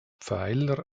pfeiler